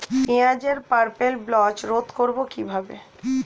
পেঁয়াজের purple blotch রোধ করবো কিভাবে?